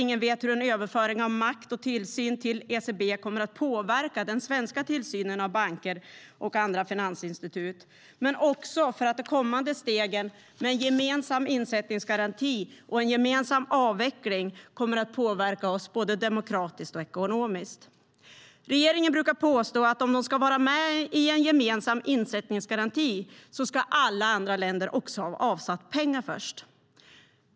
Ingen vet hur en överföring av makt och tillsyn till ECB kommer att påverka den svenska tillsynen av banker och andra finansinstitut. Dessutom kommer de kommande stegen med en gemensam insättningsgaranti och en gemensam avveckling att påverka oss både demokratiskt och ekonomiskt. Regeringen brukar påstå att om man ska vara med i en gemensam insättningsgaranti ska alla andra länder också ha avsatt pengar först.